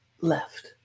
left